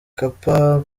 perezida